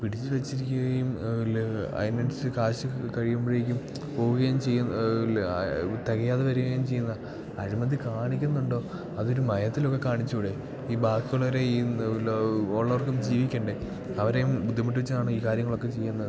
പിടിച്ച് വെച്ചിരിക്കുകയും അതിനനുസരിച്ച് കാശ് കഴിയുമ്പഴേക്കും പോകുകയും ചെയ്യും ഇല്ല തികയാതെ വരികയും ചെയ്യുന്ന അഴിമതി കാണിക്കുന്നുണ്ട് അതൊര് മയത്തിലൊക്കെ കാണിച്ചുകൂടെ ഈ ബാക്കിയുള്ളോരെ ഒന്നും ഇല്ല ഉള്ളവർക്കും ജീവിക്കണ്ടേ അവരെയും ബുദ്ധിമുട്ടിച്ചാണോ ഈ കാര്യങ്ങളൊക്കെ ചെയ്യുന്നത്